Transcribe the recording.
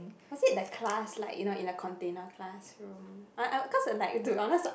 was it the class like you know in a container classroom uh uh cause like to be honest